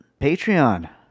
Patreon